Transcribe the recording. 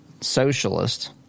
socialist